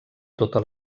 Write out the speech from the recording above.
tota